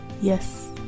Yes